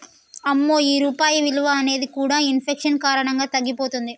అమ్మో ఈ రూపాయి విలువ అనేది కూడా ఇన్ఫెక్షన్ కారణంగా తగ్గిపోతుంది